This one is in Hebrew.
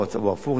או הפוך,